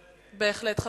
בהחלט כן.